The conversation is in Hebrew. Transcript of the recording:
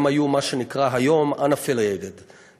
הם היו מה שנקרא היוםunaffiliated ,